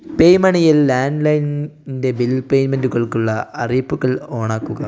പേ U മണിയിൽ ലാൻഡ്ലൈനിൻ്റെ bill പേയ്മെൻറ്റുകൾക്കുള്ള അറിയിപ്പുകൾ ഓൺ ആക്കുക